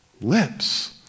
lips